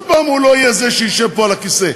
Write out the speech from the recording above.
שוב הוא לא יהיה זה שישב פה על הכיסא.